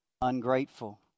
ungrateful